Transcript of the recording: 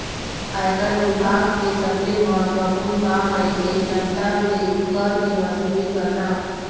आयकर बिभाग के सबले महत्वपूर्न काम रहिथे जनता ले कर के वसूली करना